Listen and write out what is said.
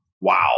wow